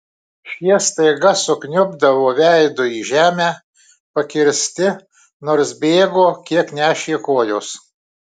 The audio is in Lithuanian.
šie staiga sukniubdavo veidu į žemę pakirsti nors bėgo kiek nešė kojos